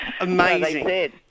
amazing